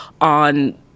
on